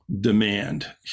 demand